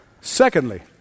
Secondly